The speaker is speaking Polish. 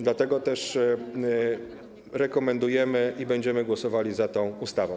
Dlatego też rekomendujemy projekt i będziemy głosowali za tą ustawą.